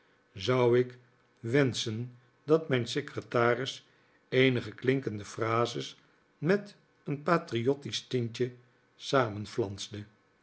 zou ik wenschen dat mijn secretaris eenige klinkende phrases met een patriottisch tintje